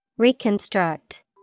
Reconstruct